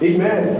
Amen